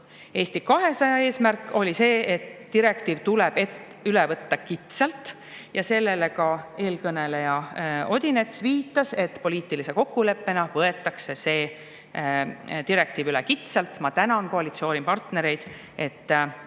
Eesti 200 eesmärk oli see, et direktiiv võetaks üle kitsalt. Sellele ka eelkõneleja Odinets viitas: poliitilise kokkuleppena võetakse see direktiiv üle kitsalt. Ma tänan koalitsioonipartnereid, et